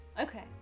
Okay